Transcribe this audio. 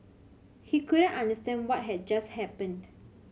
he couldn't understand what had just happened